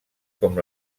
com